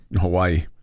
Hawaii